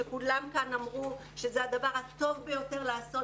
שכולם כאן אמרו שזה הדבר הטוב ביותר לעשות,